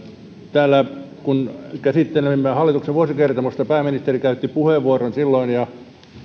selviää kun täällä käsittelimme hallituksen vuosikertomusta pääministeri käytti puheenvuoron silloin ja